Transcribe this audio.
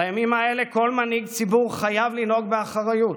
בימים האלה כל מנהיג ציבור חייב לנהוג באחריות,